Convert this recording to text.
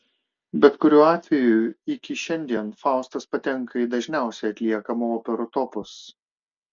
bet kuriuo atveju iki šiandien faustas patenka į dažniausiai atliekamų operų topus